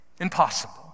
Impossible